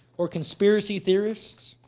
or conspiracy theorists,